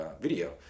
video